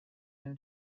him